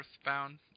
earthbound